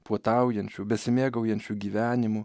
puotaujančių besimėgaujančių gyvenimu